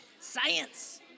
Science